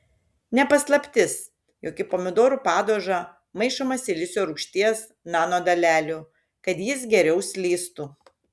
ne paslaptis jog į pomidorų padažą maišoma silicio rūgšties nanodalelių kad jis geriau slystų